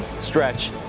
stretch